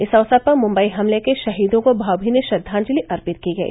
इस अवसर पर मुंबई हमले के शहीदों को भावभीनी श्रद्वांजलि अर्पित की गई